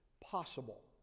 possible